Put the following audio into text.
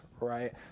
right